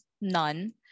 none